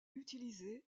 utilisé